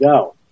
go